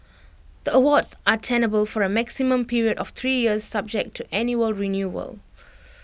the awards are tenable for A maximum period of three years subject to annual renewal